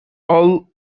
all